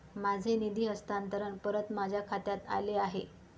माझे निधी हस्तांतरण परत माझ्या खात्यात आले आहे